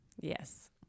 Yes